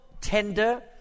tender